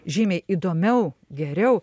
žymiai įdomiau geriau